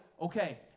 okay